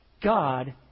God